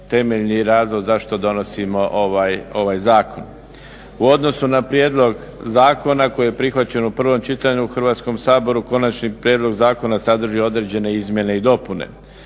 temeljni razlog zašto donosimo ovaj zakon. U odnosu na prijedlog zakona koji je prihvaćen u prvom čitanju u Hrvatskom saboru, konačni prijedlog zakona sadrži određene izmjene i dopune.